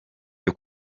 byo